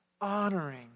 Honoring